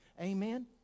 Amen